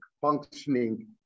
functioning